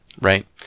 right